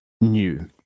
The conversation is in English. new